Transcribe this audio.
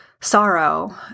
sorrow